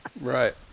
right